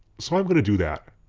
so i'm going to do that.